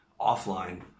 offline